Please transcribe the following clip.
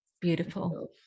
Beautiful